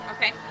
okay